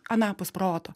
anapus proto